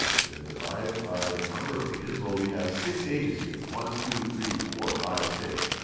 we're gonna divide it by the number of ages. well we have six ages here. one, two, three, four, five, six.